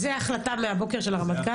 זה ההחלטה מהבוקר של הרמטכ"ל?